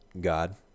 God